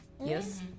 Yes